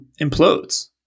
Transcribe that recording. implodes